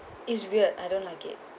it's weird I don't like it